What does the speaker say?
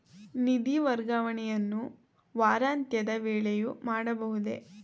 ನಿಧಿ ವರ್ಗಾವಣೆಯನ್ನು ವಾರಾಂತ್ಯದ ವೇಳೆಯೂ ಮಾಡಬಹುದೇ?